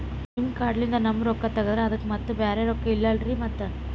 ನಿಮ್ ಕಾರ್ಡ್ ಲಿಂದ ನಮ್ ರೊಕ್ಕ ತಗದ್ರ ಅದಕ್ಕ ಮತ್ತ ಬ್ಯಾರೆ ರೊಕ್ಕ ಇಲ್ಲಲ್ರಿ ಮತ್ತ?